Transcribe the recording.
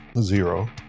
zero